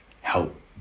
help